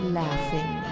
laughing